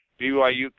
BYU